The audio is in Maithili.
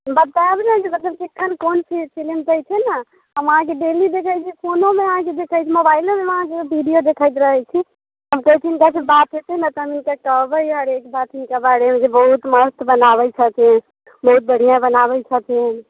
बताएब नहि जे मतलब कखन कोन चीज फिलिम दै छै ने हम अहाँकेँ डेली देखैत छी फोनोमे अहाँकेँ देखैत छी मोबाइलोमे हम अहाँकेँ विडिओ देखैत रहैत छी फेर हुनकासँ बात होयतै ने तऽ हुनका से कहबै जे अरे हुनका बारेमे जे बहुत मस्त बनाबैत छथिन बहुत बढ़िआँ बनाबैत छथिन